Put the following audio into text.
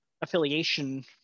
affiliation